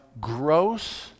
gross